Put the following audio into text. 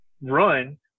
run